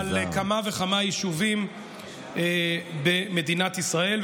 על כמה וכמה יישובים במדינת ישראל.